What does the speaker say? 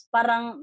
Parang